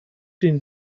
den